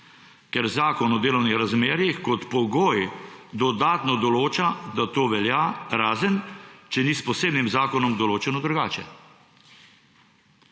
ker Zakon o delovnih razmerjih kot pogoj dodatno določa, da to velja, razen če ni s posebnim zakonom določeno drugače.